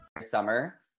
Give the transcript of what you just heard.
Summer